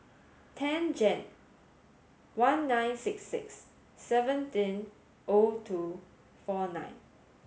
ten Jan one nine six six seventeen O two four nine